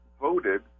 voted